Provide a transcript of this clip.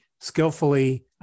skillfully